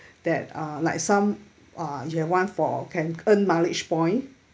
that uh like some uh you have one for can earn mileage point